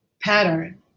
pattern